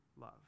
love